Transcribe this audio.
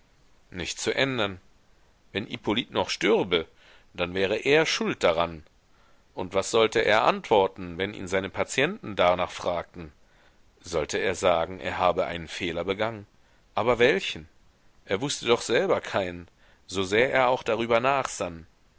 nicht zu ändern wenn hippolyt noch stürbe dann wäre er schuld daran und was sollte er antworten wenn ihn seine patienten darnach fragten sollte er sagen er habe einen fehler begangen aber welchen er wußte doch selber keinen so sehr er auch darüber nachsann